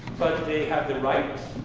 but they have the right,